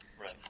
Right